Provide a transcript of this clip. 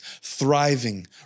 thriving